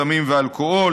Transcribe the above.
סמים ואלכוהול,